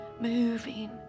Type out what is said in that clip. moving